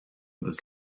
this